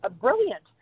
brilliant